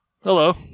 Hello